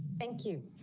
thank you.